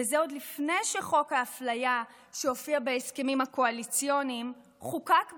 וזה עוד לפני שחוק האפליה שהופיע בהסכמים הקואליציוניים חוקק בכלל.